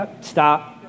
Stop